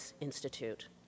Institute